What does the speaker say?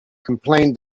complained